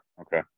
Okay